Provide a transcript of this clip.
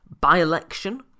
by-election